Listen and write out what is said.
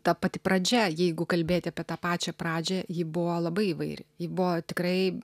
ta pati pradžia jeigu kalbėti apie tą pačią pradžią ji buvo labai įvairi ji buvo tikrai